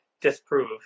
disprove